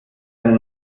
ein